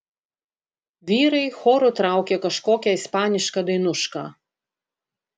vyrai choru traukė kažkokią ispanišką dainušką